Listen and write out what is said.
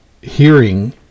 hearing